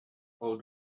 all